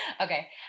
Okay